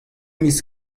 miz